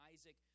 Isaac